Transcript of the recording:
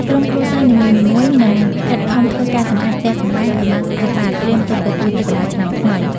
ក្រុមគ្រួសារនីមួយៗនឹង ខិតខំធ្វើការសម្អាតផ្ទះសម្បែងឲ្យបានស្អាតបាត ត្រៀមទុកទទួលទេវតាឆ្នាំថ្មី។